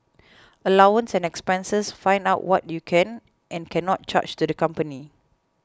allowance and expenses find out what you can and cannot charge to the company